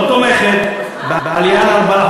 אתה מוכיח, לא תומכת בעלייה ל-4%.